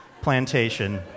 plantation